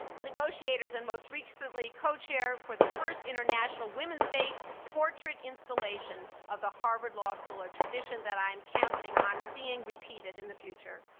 negotiators, and most recently co-chair for the first international women's day portrait installation of the harvard law school. a tradition that i'm counting on seeing repeated in the future.